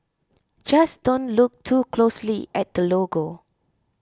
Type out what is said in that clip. just don't look too closely at the logo